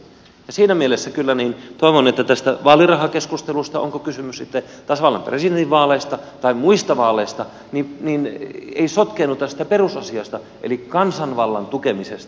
siinä mielessä kyllä toivon että tässä vaalirahakeskustelussa oli kysymys sitten tasavallan presidentin vaaleista tai muista vaaleista ei sotkeennuta tästä perusasiasta eli kansanvallan tukemisesta